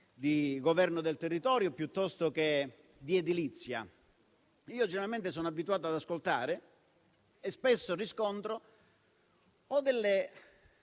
di governo del territorio piuttosto che di edilizia. Generalmente sono abituato ad ascoltare e spesso riscontro o delle